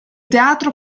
teatro